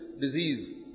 disease